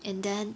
and then